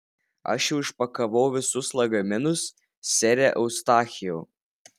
aš jau išpakavau visus lagaminus sere eustachijau